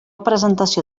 presentació